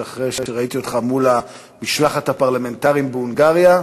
שאחרי שראיתי אותך מול משלחת הפרלמנטרים בהונגריה,